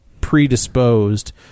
predisposed